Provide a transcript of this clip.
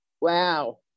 wow